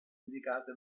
indicate